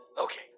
Okay